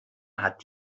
hat